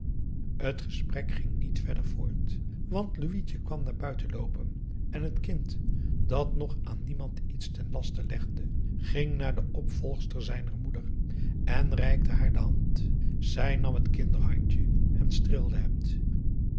t gesprek ging niet verder voort want louitje kwam naar buiten loopen en het kind dat nog aan niemand iets ten laste legde ging naar de opvolgster zijner moeder en reikte haar de hand zij nam het kinderhandje en streelde het